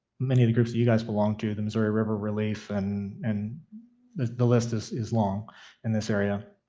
many of the groups that you guys belong to, the missouri river relief. and and the the list is is long in this area.